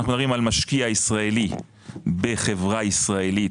מדברים על משקיע ישראלי בחברה ישראלית